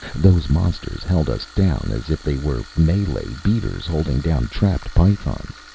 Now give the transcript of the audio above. those monsters held us down as if they were malay beaters holding down trapped pythons.